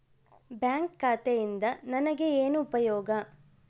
Bank ಖಾತೆಯಿಂದ ನನಗೆ ಏನು ಉಪಯೋಗ?